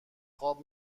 خواب